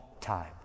time